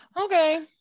Okay